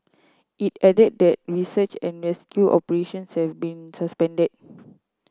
it added that search and rescue operations have been suspended